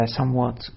somewhat